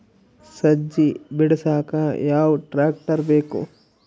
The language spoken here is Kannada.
ಸಜ್ಜಿ ಬಿಡಸಕ ಯಾವ್ ಟ್ರ್ಯಾಕ್ಟರ್ ಬೇಕು?